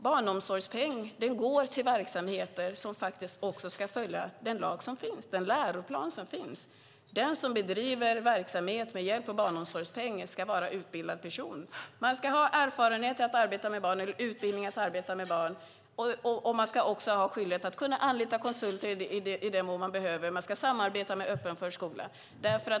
Barnomsorgspeng går till verksamheter som också ska följa den lag och den läroplan som finns. Den som bedriver verksamhet med hjälp av barnomsorgspeng ska vara en utbildad person. Man ska ha erfarenheter av eller utbildning för att arbeta med barn. Man ska också ha skyldighet att kunna anlita konsulter i den mån man behöver, och man ska samarbeta med öppen förskola.